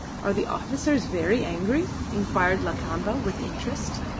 are the officers very angry? inquired lakamba, with interest.